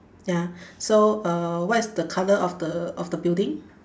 ya so uh what is the colour of the of the building